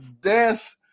death